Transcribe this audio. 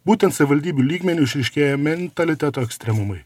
būtent savivaldybių lygmeniu išryškėja mentaliteto ekstremumai